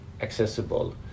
accessible